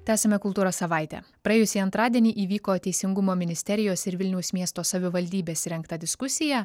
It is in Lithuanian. tęsiame kultūros savaitę praėjusį antradienį įvyko teisingumo ministerijos ir vilniaus miesto savivaldybės rengta diskusija